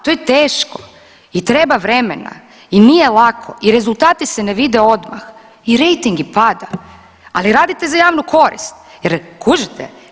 To je teško i treba vremena i nije lako i rezultati se ne vide odmah i rejting i pada, ali radite za javnu korist jer, kužite?